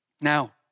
Now